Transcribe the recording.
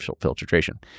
filtration